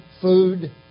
Food